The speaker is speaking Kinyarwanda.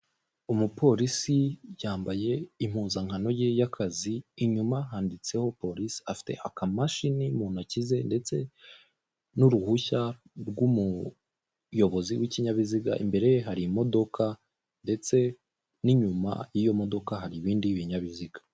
Umupolisi yambaye impuzankano ye y'akazi, inyuma handitseho polisi, afite akamashini mu ntoki ze ndetse n'uruhushya rw'umuyobozi w'ikinyabiziga. Imbere ye hari imodoka ndetse n'inyuma y'iyo modoka hari ibindi binyabiziga